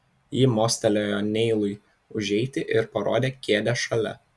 ji mostelėjo neilui užeiti ir parodė kėdę šalia